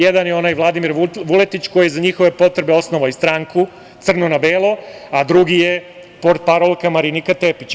Jedan je onaj Vladimir Vuletić, koji je za njihove potrebe osnovao i stranku Crno na belo, a drugi je portparolka Marinika Tepića.